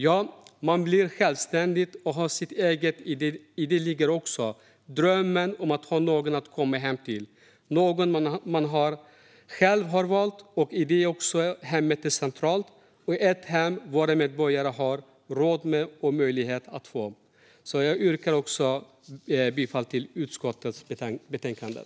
Ja, man vill bli självständig och ha sitt eget, och i det ligger också drömmen om att ha någon att komma hem till som man själv har valt. I det är också hemmet centralt - ett hem som varje medborgare har råd med och möjlighet att få. Jag yrkar bifall till utskottets förslag i betänkandet.